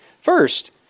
First